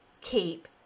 keep